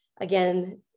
again